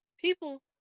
people